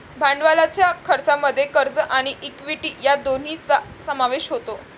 भांडवलाच्या खर्चामध्ये कर्ज आणि इक्विटी या दोन्हींचा समावेश होतो